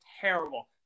terrible